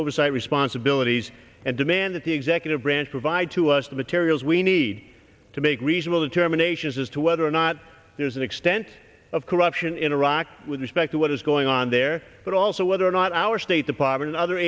oversight responsibilities and demand that the executive branch provide to us the materials we need to make reasonable determinations as to whether or not there's an extent of corruption in iraq with respect to what is going on there but also whether or not our state department other